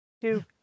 Two